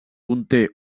conté